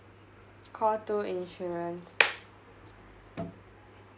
call two insurance